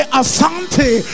asante